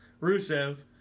Rusev